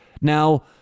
now